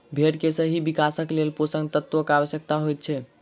भेंड़ के सही विकासक लेल पोषण तत्वक आवश्यता होइत छै